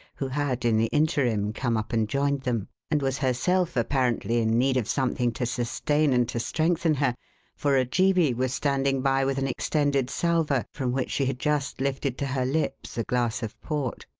who had, in the interim, come up and joined them, and was herself apparently in need of something to sustain and to strengthen her for ojeebi was standing by with an extended salver, from which she had just lifted to her lips a glass of port.